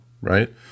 right